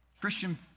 Christian